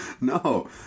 No